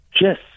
Yes